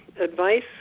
Advice